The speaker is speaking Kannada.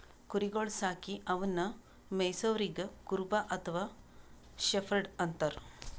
ಕುರಿಗೊಳ್ ಸಾಕಿ ಅವನ್ನಾ ಮೆಯ್ಸವರಿಗ್ ಕುರುಬ ಅಥವಾ ಶೆಫರ್ಡ್ ಅಂತಾರ್